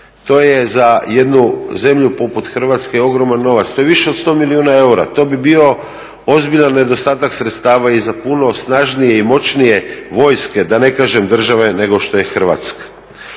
To je za jednu zemlju poput Hrvatske ogroman novac. To je više od sto milijuna eura. To bi bio ozbiljan nedostatak sredstava i za puno snažnije i moćnije vojske, da ne kažem države nego što je Hrvatska.